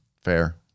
Fair